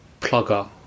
plugger